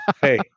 Hey